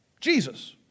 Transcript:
Jesus